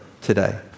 today